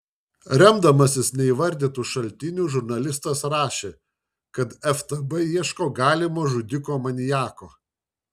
remdamasis neįvardytu šaltiniu žurnalistas rašė kad ftb ieško galimo žudiko maniako